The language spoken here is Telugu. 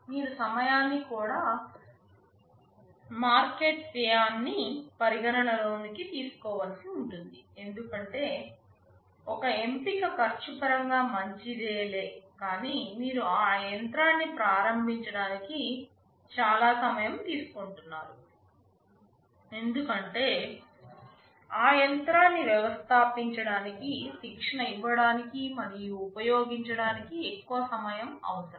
మీరు సమయాన్ని కూడా మార్కెట్ వ్యయానికి పరిగణనలోకి తీసుకోవలసి ఉంటుంది ఎందుకంటే ఒక ఎంపిక ఖర్చు పరంగా మంచిదే లే కానీ మీరు ఆ యంత్రాన్ని ప్రారంభించడానికి చాలా సమయం తీసుకుంటున్నారు ఎందుకంటే ఆ యంత్రాన్ని వ్యవస్థాపించడానికి శిక్షణ ఇవ్వడానికి మరియు ఉపయోగించడానికి ఎక్కువ సమయం అవసరం